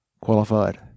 qualified